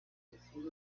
vecino